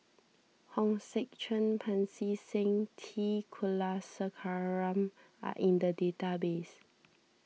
Hong Sek Chern Pancy Seng T Kulasekaram are in the database